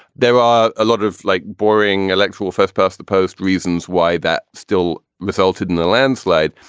there are a lot of like boring electoral first past the post reasons why that still resulted in a landslide.